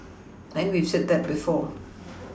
then we've said that before